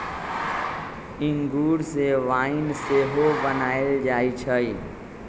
इंगूर से वाइन सेहो बनायल जाइ छइ